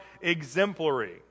exemplary